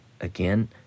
again